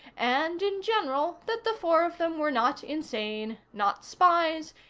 and in general that the four of them were not insane, not spies,